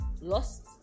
lost